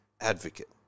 advocate